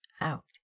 out